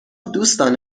دوستان